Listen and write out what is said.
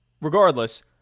regardless